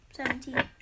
Seventeen